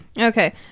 Okay